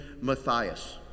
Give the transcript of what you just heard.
Matthias